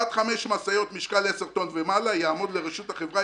עד 5 משאיות משקל 10 טון ומעלה יעמוד לרשות החברה,